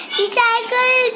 recycle